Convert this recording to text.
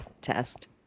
test